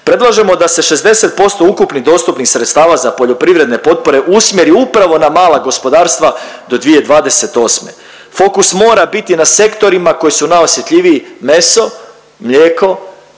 Predlažemo da se 60% ukupnih, dostupnih sredstava za poljoprivredne potpore usmjeri upravo na mala gospodarstva do 2028. Fokus mora biti na sektorima koji su najosjetljiviji – meso, mlijeko,